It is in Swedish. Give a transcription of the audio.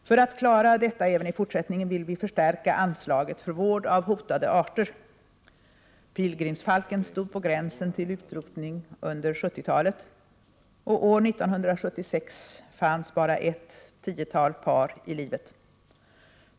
För att klara detta även i fortsättningen vill vi förstärka anslaget för vård av hotade arter. Pilgrimsfalken stod på gränsen till utrotning under 70-talet, och år 1976 fanns bara ett tiotal par i livet.